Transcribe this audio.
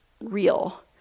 real